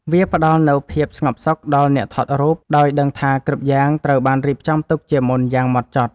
វាផ្ដល់នូវភាពស្ងប់សុខដល់អ្នកថតរូប ដោយដឹងថាគ្រប់យ៉ាងត្រូវបានរៀបចំទុកជាមុនយ៉ាងហ្មត់ចត់។